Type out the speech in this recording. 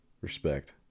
Respect